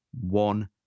One